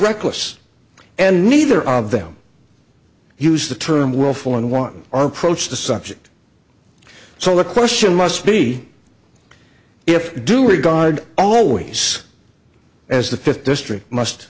reckless and neither of them use the term worldful in one our approach the subject so the question must be if you do regard always as the fifth district must